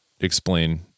explain